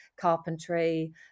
carpentry